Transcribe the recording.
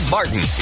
Martin